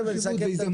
מהסוף